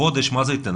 מה החודש ייתן?